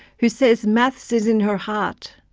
who says maths is in her heart.